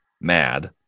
mad